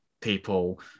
people